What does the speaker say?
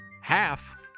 half